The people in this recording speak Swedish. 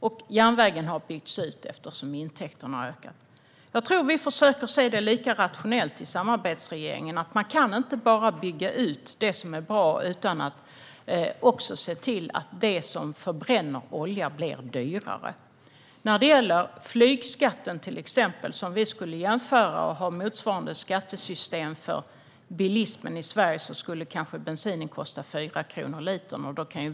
Denna har också byggts ut, eftersom intäkterna har ökat. Jag tror att vi i samarbetsregeringen försöker att se det lika rationellt. Man kan inte bara bygga ut det som är bra utan att också se till att det som förbränner olja blir dyrare. Om vi i Sverige skulle ha motsvarande skattesystem för bilismen som för flygtrafiken skulle bensinen kanske kosta 4 kronor per liter.